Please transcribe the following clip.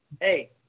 Hey